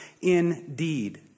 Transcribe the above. indeed